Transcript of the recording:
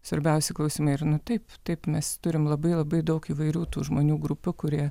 svarbiausi klausimai ir nu taip taip mes turim labai labai daug įvairių tų žmonių grupių kurie